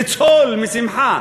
לצהול משמחה.